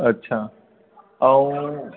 अच्छा ऐं